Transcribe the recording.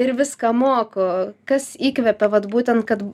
ir viską moku kas įkvepia vat būtent kad